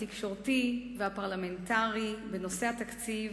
התקשורתי והפרלמנטרי בנושא התקציב